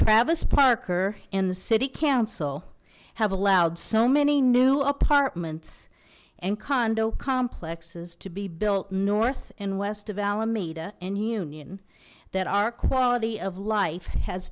travis parker in the city council have allowed so many new apartments and condo complex is to be built north and west of alameda in union that our quality of life has